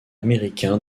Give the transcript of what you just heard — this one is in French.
américain